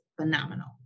phenomenal